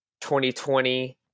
2020